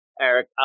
Eric